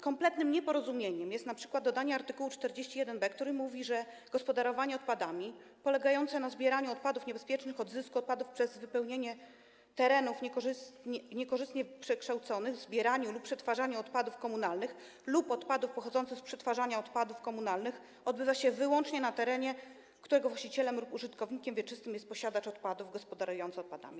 Kompletnym nieporozumieniem jest np. dodanie art. 41b, który mówi, że gospodarowanie odpadami polegające na zbieraniu odpadów niebezpiecznych, odzysku odpadów przez wypełnianie terenów niekorzystnie przekształconych, zbieraniu lub przetwarzaniu odpadów komunalnych lub odpadów pochodzących z przetwarzania odpadów komunalnych odbywa się wyłącznie na terenie, którego właścicielem lub użytkownikiem wieczystym jest posiadacz odpadów gospodarujący odpadami.